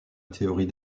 théorie